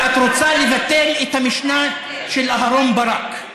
שאת רוצה לבטל את המשנה של אהרן ברק.